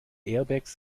airbags